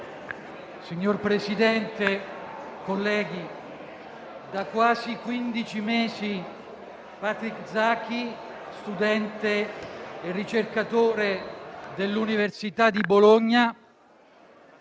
Signor Presidente, colleghi, da quasi quindici mesi Patrick Zaki, studente e ricercatore dell'Università di Bologna,